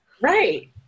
right